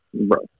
Bro